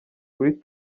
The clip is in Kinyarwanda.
kuri